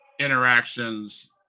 interactions